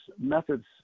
methods